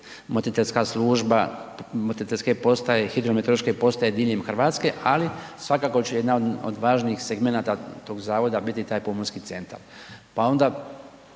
motriteljska služba, motriteljske postaje i hidrometeorološke postaje diljem Hrvatske, ali svakako će jedna od važnijeg segmenata tog zavoda biti taj pomorski centar. Pa onda